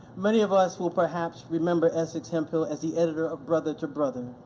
many of us will perhaps remember essex hemphill as the editor of brother to brother,